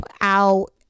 out